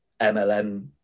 mlm